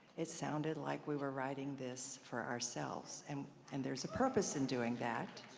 it sounded like we were writing this for ourselves. and and there's a purpose in doing that.